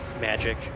magic